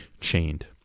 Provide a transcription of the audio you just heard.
chained